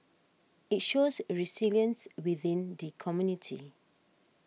it shows resilience within the community